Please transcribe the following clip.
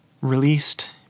released